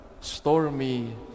stormy